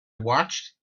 watched